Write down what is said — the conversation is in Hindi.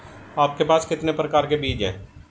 आपके पास कितने प्रकार के बीज हैं?